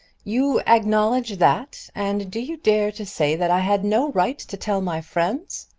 you acknowledge that, and do you dare to say that i had no right to tell my friends?